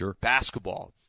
basketball